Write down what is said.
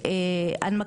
לדבר.